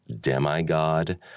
demigod